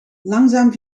langzaam